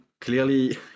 clearly